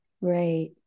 right